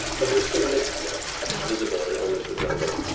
but there's still mist visible in element of the jungle.